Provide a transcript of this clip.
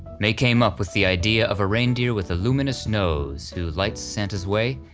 may came up with the idea of a reindeer with the luminous nose who lights santa's way,